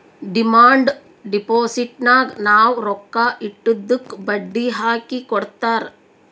demand ಡಿಪೋಸಿಟ್ನಾಗ್ ನಾವ್ ರೊಕ್ಕಾ ಇಟ್ಟಿದ್ದುಕ್ ಬಡ್ಡಿ ಹಾಕಿ ಕೊಡ್ತಾರ್